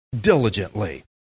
diligently